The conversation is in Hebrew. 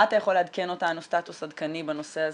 מה אתה יכול לעדכן אותנו סטאטוס עדכני בנושא הזה?